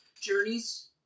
Journeys